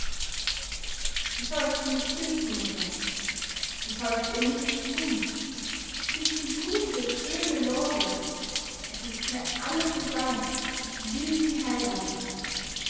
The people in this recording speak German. du sollst sie nicht schimpfen mutter du sollst ihr nichts tun es ist die gute schöne lore es ist mir alles egal ich will sie heiraten